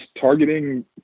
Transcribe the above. targeting